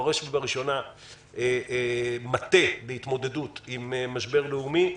בראש ובראשונה נדרש מטה להתמודדות עם משברים לאומיים.